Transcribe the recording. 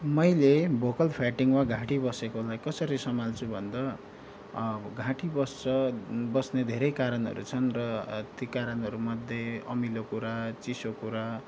मैले vocal fading वा घाँटी बसेकोलाई कसरी सम्हाल्छु भन्दा घाँटी बस्छ बस्ने धेरै कारणहरू छन् र ती कारणहरूमध्ये अमिलो कुरा चिसो कुरा